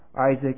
Isaac